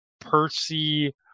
Percy